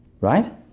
right